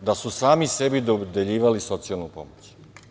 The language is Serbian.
da su sami sebi dodeljivali socijalnu pomoć.